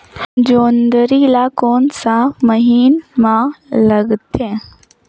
जोंदरी ला कोन सा महीन मां लगथे?